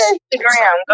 Instagram